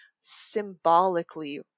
symbolically